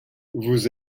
vous